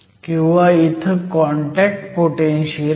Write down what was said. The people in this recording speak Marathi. किंवा इथं कॉन्टॅक्ट पोटेनशीयल आहे